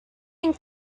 have